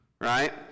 right